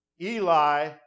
Eli